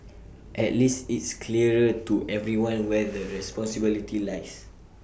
at least it's clearer to everyone where the responsibility lies